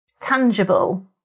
tangible